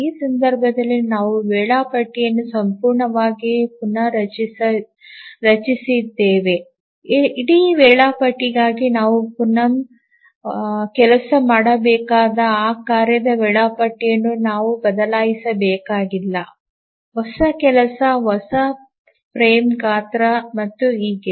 ಈ ಸಂದರ್ಭದಲ್ಲಿ ನಾವು ವೇಳಾಪಟ್ಟಿಯನ್ನು ಸಂಪೂರ್ಣವಾಗಿ ಪುನಃ ರಚಿಸಿದ್ದೇವೆ ಇಡೀ ವೇಳಾಪಟ್ಟಿಗಾಗಿ ನಾವು ಪುನಃ ಕೆಲಸ ಮಾಡಬೇಕಾದ ಆ ಕಾರ್ಯದ ವೇಳಾಪಟ್ಟಿಯನ್ನು ನಾವು ಬದಲಾಯಿಸಬೇಕಾಗಿಲ್ಲ ಹೊಸ ಕೆಲಸ ಹೊಸ ಫ್ರೇಮ್ ಗಾತ್ರ ಮತ್ತು ಹೀಗೆ